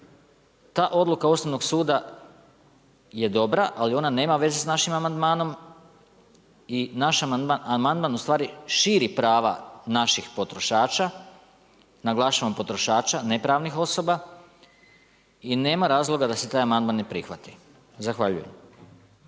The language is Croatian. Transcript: ta odluka Ustavnog suda je dobra ali ona nema veze sa našim amandmanom i naš amandman ustvari širi prava naših potrošača, naglašavam potrošača, ne pravnih osoba i nema razloga da se taj amandman ne prihvati. Zahvaljujem.